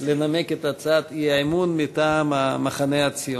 לנמק את הצעת האי-אמון מטעם המחנה הציוני.